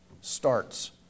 starts